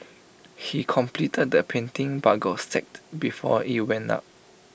he completed the painting but got sacked before IT went up